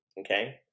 okay